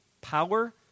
power